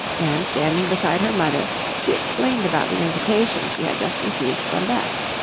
and standing beside her mother, she explained about the invitation she had just received from beth.